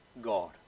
God